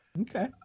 Okay